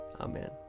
Amen